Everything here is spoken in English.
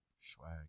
Swag